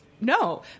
no